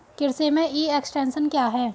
कृषि में e extension क्या है?